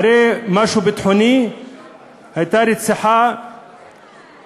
הרי משהו ביטחוני היה רצח של